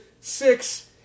six